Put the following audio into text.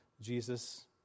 Jesus